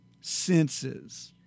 senses